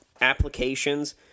applications